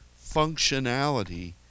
functionality